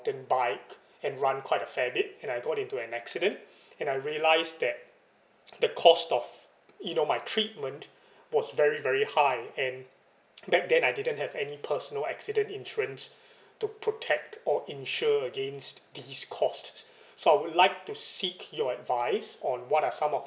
~tain bike and run quite a fair bit and I got into an accident and I realised that the cost of you know my treatment was very very high and back then I didn't have any personal accident insurance to protect or insure against these costs so I would like to seek your advice on what are some of